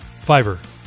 Fiverr